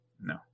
no